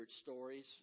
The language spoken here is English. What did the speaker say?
stories